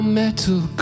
metal